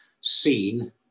seen